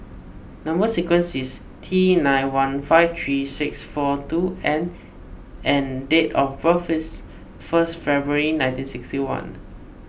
Number Sequence is T nine one five three six four two N and date of birth is first February nineteen sixty one